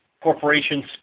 corporations